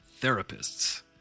therapists